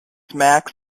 max